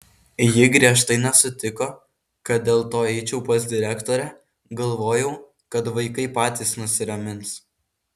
ji griežtai nesutiko kad dėl to eičiau pas direktorę galvojau kad vaikai patys nusiramins